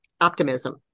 optimism